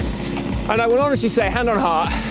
and i will honestly say head nor heart,